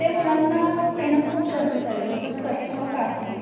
ते मुलांना येणं खूप गरजेचं आहे जसं कथ्थक आहे